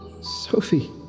Sophie